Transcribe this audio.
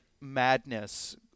madness